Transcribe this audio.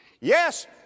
Yes